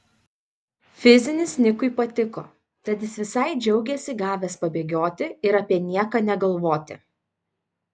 fizinis nikui patiko tad jis visai džiaugėsi gavęs pabėgioti ir apie nieką negalvoti